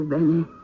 Benny